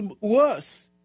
worse